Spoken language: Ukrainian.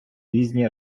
різні